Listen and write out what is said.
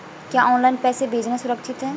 क्या ऑनलाइन पैसे भेजना सुरक्षित है?